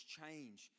change